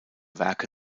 werke